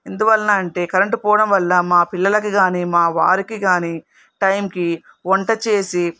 ఎందువలన అంటే కరెంటు పోవడం వల్ల మా పిల్లలకి కానీ మా వారికి కానీ టైమ్కి వంట చేసి